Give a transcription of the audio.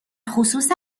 خصوص